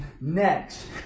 next